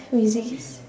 music is